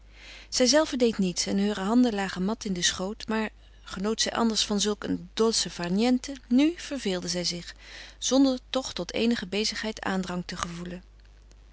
zijzelve deed niets en heure handen lagen mat in den schoot maar genoot zij anders van zulk een dolce far niente nu verveelde zij zich zonder toch tot eenige bezigheid aandrang te gevoelen